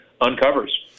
uncovers